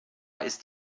ist